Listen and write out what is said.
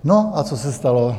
No a co se stalo?